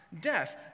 Death